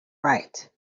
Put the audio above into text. right